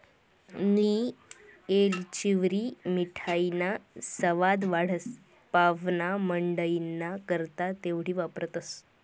नियी येलचीवरी मिठाईना सवाद वाढस, पाव्हणामंडईना करता तेवढी वापरतंस